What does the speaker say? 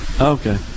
Okay